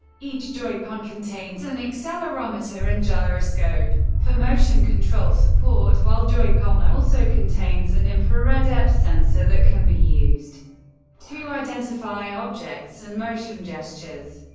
each joy-con contains an accelerometer and gyroscope for motion control support, while joy-con r also contains an infrared depth sensor that can be used to identify objects and motion gestures.